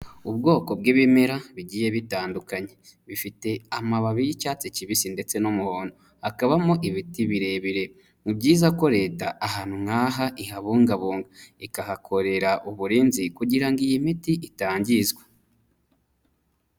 Ubwoko bw'ibimera bigiye bitandukanye, bifite amababi y'icyatsi kibisi ndetse n'umuhondo. Hakabamo ibiti birebire. Ni byiza ko Leta ahantu nk'aha ihabungabunga, ikahakorera uburinzi kugira ngo iyi miti itangizwa.